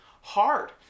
hard